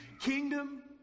kingdom